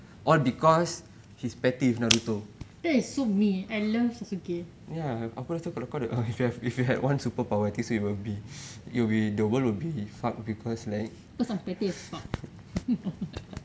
that is so mean I love sasuke because I'm pretty as fuck